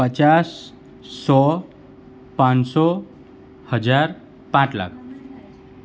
પચાસ સો પાંચસો હજાર પાંચ લાખ